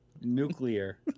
Nuclear